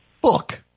Book